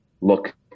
look